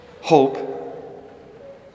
hope